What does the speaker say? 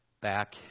back